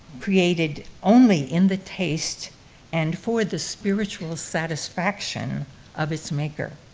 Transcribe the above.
created only in the taste and for the spiritual satisfaction of its maker.